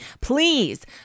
please